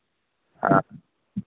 ᱦᱮᱸ